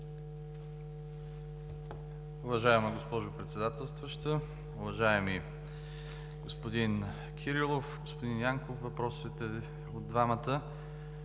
Уважаема госпожо Председател, уважаеми господин Кирилов, господин Янков – въпросът е от двамата,